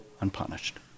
unpunished